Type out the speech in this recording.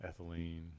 ethylene